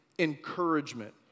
encouragement